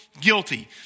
guilty